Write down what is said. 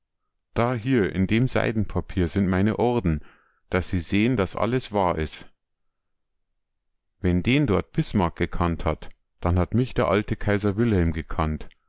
dahier in dem seidenpapier sind meine orden daß sie sehn daß alles wahr is wenn den dort bismarck gekannt hat dann hat mich der alte kaiser wilhelm gekannt